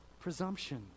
presumption